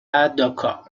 داکا